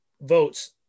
votes